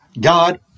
God